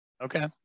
Okay